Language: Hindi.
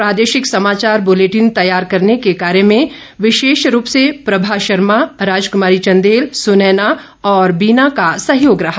प्रादेशिक समाचार बुलेटिन तैयार करने के कार्य में विशेष रूप से प्रभा शर्मा राजकुमारी चंदेल सुनैना और बीना का सहयोग रहा